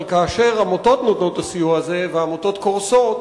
אבל כאשר עמותות נותנות את הסיוע הזה והעמותות קורסות,